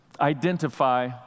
identify